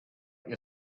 your